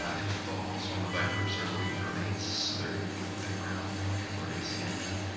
ah in the fall is when the vipers are looking for mates, so they're going to be moving around more, people are going to see them then.